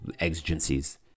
exigencies